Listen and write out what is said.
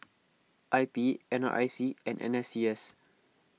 I P N R I C and N S C S